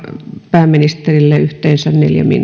pääministerille yhteensä